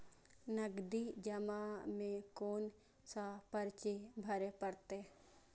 नगदी जमा में कोन सा पर्ची भरे परतें?